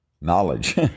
Knowledge